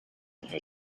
her